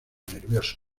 nervioso